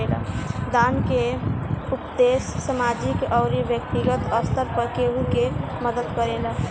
दान के उपदेस सामाजिक अउरी बैक्तिगत स्तर पर केहु के मदद करेला